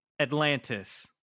atlantis